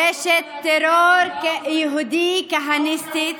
רשת טרור יהודי כהניסטית,